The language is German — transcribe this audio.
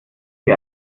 wie